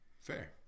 Fair